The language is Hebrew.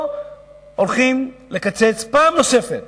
פה הולכים לקצץ פעם נוספת